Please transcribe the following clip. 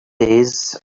days